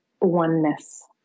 oneness